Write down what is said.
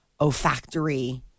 olfactory